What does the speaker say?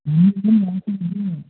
ఏంటి